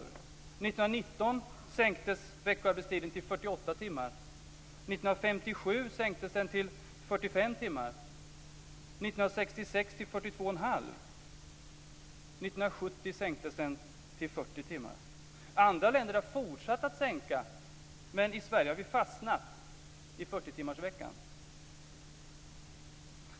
År 1919 sänktes veckoarbetstiden till 48 timmar. År 1957 sänktes den till 45 1970 sänktes den till 40 timmar. Andra länder har fortsatt att sänka, men i Sverige har vi fastnat i 40 timmarsveckan.